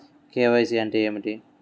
KYC అంటే ఏమి?